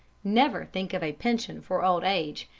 never think of a pension for old age,